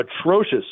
atrocious